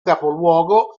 capoluogo